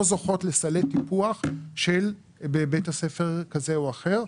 זוכות לסלי טיפוח של בית ספר כזה או אחר.